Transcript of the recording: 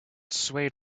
swayed